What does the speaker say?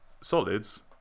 solids